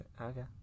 Okay